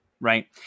Right